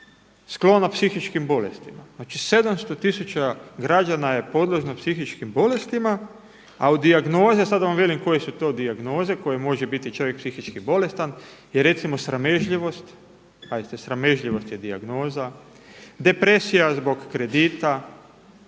sklona psihičkim bolestima. Znači, 700 tisuća građana je podložno psihičkim bolestima, a u dijagnoze sad da vam velim koje su to dijagnoze koje može biti čovjek psihički bolestan je recimo sramežljivost. Pazite, sramežljivost je dijagnoza, depresija zbog kredita,